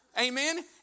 Amen